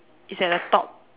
it's at the top